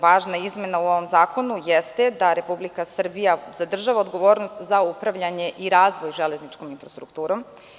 Važna izmena u ovom zakonu jeste da Republika Srbija zadržava odgovornost za upravljanje i razvoj železničkom infrastrukturom.